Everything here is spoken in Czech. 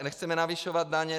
Nechceme navyšovat daně.